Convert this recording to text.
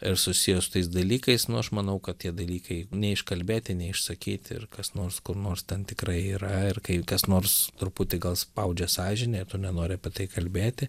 ir susiję su tais dalykais nu aš manau kad tie dalykai neiškalbėti neišsakyti ir kas nors kur nors ten tikrai yra ir kai kas nors truputį gal spaudžia sąžinę ir tu nenori apie tai kalbėti